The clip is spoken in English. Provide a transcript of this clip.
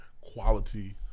quality